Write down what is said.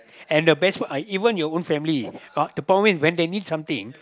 and the best part even your own family but the problem is when they need something